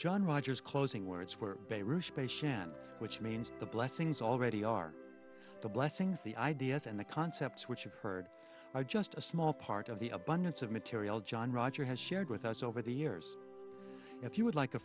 john rogers closing words were a sham which means the blessings already are the blessings the ideas and the concepts which you've heard are just a small part of the abundance of material john roger has shared with us over the years if you would like a